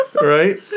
right